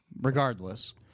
Regardless